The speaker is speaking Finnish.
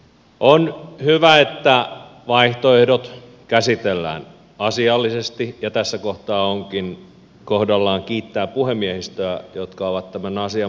on hyvä että vaihtoehdot käsitellään asiallisesti ja tässä kohtaa onkin kohdallaan kiittää puhemiehistöä joka on tämän asian mahdollistanut